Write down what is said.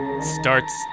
starts